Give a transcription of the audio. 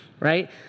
Right